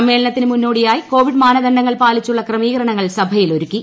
സമ്മേളനത്തിന് മുന്നോടിയായി കോവിഡ് മാനദണ്ഡങ്ങൾ പാലിച്ചുള്ള ക്രമീകരണങ്ങൾ സഭയിൽ ഒരുക്കി